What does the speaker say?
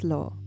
Law